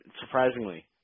Surprisingly